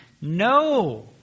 No